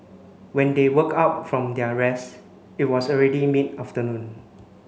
when they woke up from their rest it was already mid afternoon